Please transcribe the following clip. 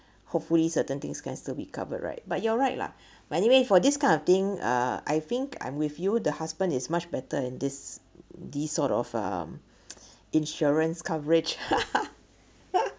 hopefully certain things can still be covered right but you're right lah but anyway for this kind of thing uh I think I'm with you the husband is much better in this this sort of um insurance coverage